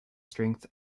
strength